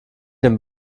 den